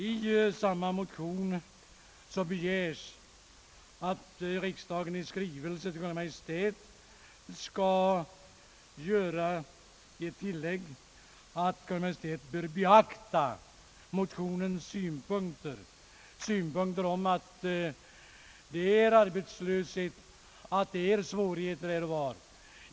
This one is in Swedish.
I samma motion begär man att riksdagen i skrivelse till Kungl. Maj:t skall göra tillägget att Kungl. Maj:t bör beakta motionens synpunkter, att det förekommer arbetslöshet och svårigheter här och var.